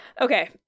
Okay